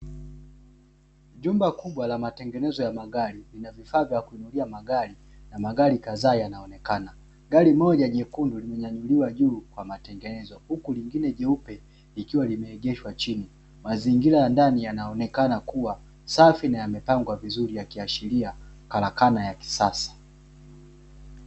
Jumba kubwa la matengenezo ya magari linavifaa vya kuinulia magari na magari kadhaa yanaonekana. Gari moja nyekundu limenyanyuliwa juu kwa matengenzo, huku jingine jeupe likiwa limegeshwa chini mazingira ya ndani yanaonekana kuwa safi na yamepangwa vizuri yakiashiria karakana ya kisasa.